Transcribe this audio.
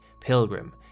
Pilgrim